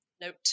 note